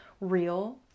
real